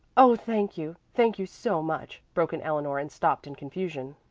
oh thank you! thank you so much! broke in eleanor and stopped in confusion.